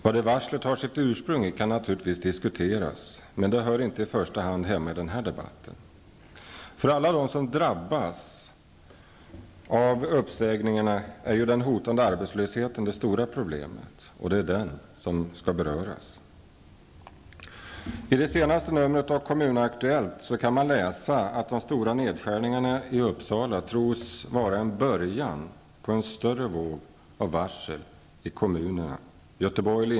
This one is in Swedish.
Vad som är ursprunget till detta varsel kan naturligtvis diskuteras. Men det är inte något som i första hand hör hemma i den här debatten. För alla dem som drabbas av uppsägning är den hotande arbetslösheten det stora problemet, och det är denna som det nu skall handla om. I senaste numret av Kommun Aktuellt kan man läsa att de stora nedskärningarna i Uppsala antas vara början på en större våg av varsel i kommunerna.